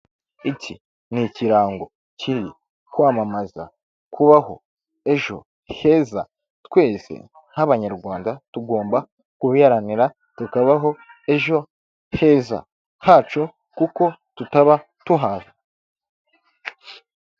Iki ni ikirango kiri kwamamaza kubaho ejo heza. Twese nk'abanyarwanda tugomba kubiharanira tukabaho ejo heza hacu, kuko tutaba tuhazi.